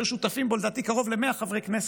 שהיו שותפים בו לדעתי קרוב ל-100 חברי כנסת,